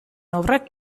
obrak